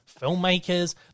filmmakers